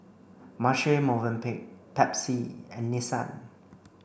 Marche Movenpick Pepsi and Nissan